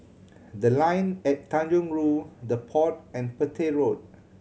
The Line at Tanjong Rhu The Pod and Petir Road